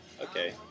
okay